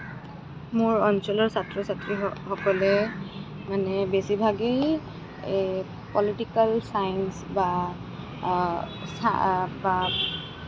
মোৰ অঞ্চলৰ ছাত্ৰ ছাত্ৰী স সকলে মানে বেছিভাগেই এই পলিটিকেল ছায়েঞ্চ বা ছা বা